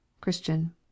christian